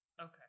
Okay